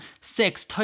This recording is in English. Six